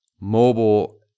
mobile